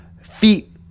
feet